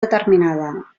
determinada